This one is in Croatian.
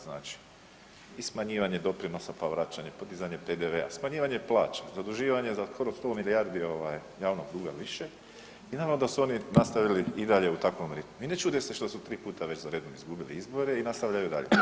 Znači i smanjivanje doprinosa pa vraćanje, pa dizanje PDV, smanjivanje plaća, zaduživanje za skoro 100 milijardi ovaj javnog duga više i naravno da su oni nastavili i dalje u takvom ritmu i ne čude se što su 3 puta već za redom izgubili izbore i nastavljaju dalje.